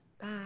Bye